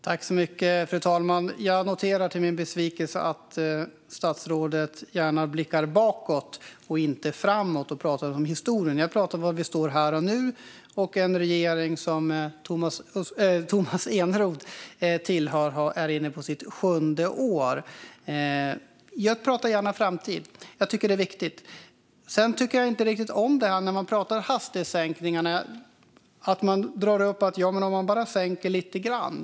Fru talman! Jag noterar till min besvikelse att statsrådet gärna blickar bakåt, inte framåt, och att han pratar om historien. Jag pratar om var vi står här och nu. Den regering som Tomas Eneroth tillhör är inne på sitt sjunde år. Jag pratar gärna framtid - jag tycker att det är viktigt. Jag tycker inte riktigt om att man när man pratar om hastighetssänkningar drar upp att sänka bara lite grann.